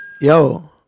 Yo